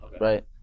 right